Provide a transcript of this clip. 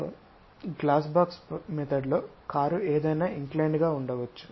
so glass box పద్ధతిలో car ఏదైనా inclined గా ఉండవచ్చు